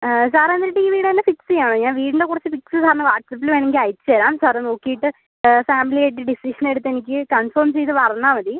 sir എന്നിട്ട് ഈ വീടുതന്നെ ഫിക്സ് ചെയ്യുവാനോ ഞാൻ വീടിന്റെ കുറച്ച് പിക്സ് സാറിന് വാട്ട്സ്ആപ്പില് വേണമെങ്കിൽ അയച്ചുതരാം സാറ് നോക്കിയിട്ട് ഫാമിലി ആയിട്ട് ഡിസിഷൻ എടുത്ത് എനിക്ക് കൺഫേം ചെയ്ത് പറഞ്ഞാൽ മതി